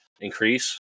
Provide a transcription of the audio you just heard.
increase